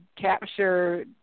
capture